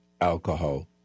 alcohol